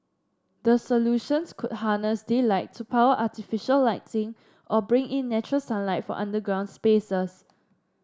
the solutions could harness daylight to power artificial lighting or bring in natural sunlight for underground spaces